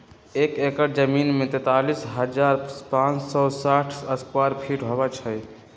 एक एकड़ जमीन में तैंतालीस हजार पांच सौ साठ स्क्वायर फीट होई छई